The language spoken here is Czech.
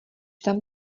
tam